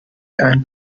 and